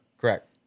Correct